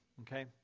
okay